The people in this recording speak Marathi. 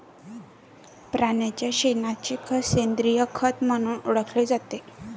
प्राण्यांच्या शेणाचे खत सेंद्रिय खत म्हणून ओळखले जाते